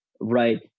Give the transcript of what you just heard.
right